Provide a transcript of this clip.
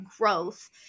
growth